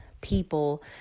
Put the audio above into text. people